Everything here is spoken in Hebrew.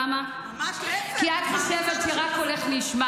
שליטה ביצרים זה דבר מאוד חשוב,